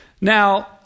Now